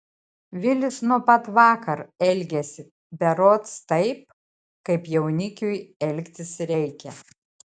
vilius nuo pat vakar elgiasi berods taip kaip jaunikiui elgtis reikia